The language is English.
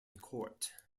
court